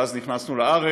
שאז נכנסנו לארץ,